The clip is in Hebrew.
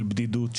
של בדידות,